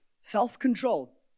Self-control